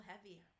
heavy